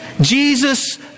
Jesus